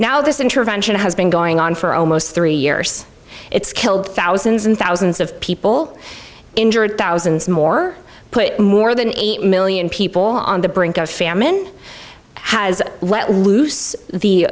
now this intervention has been going on for almost three years it's killed thousands and thousands of people injured thousands more put more than eight million people on the brink of famine has let loose the